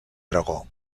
aragó